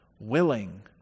willing